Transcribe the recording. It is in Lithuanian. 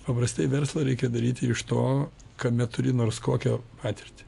paprastai verslą reikia daryti iš to kame turi nors kokią patirtį